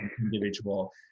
individual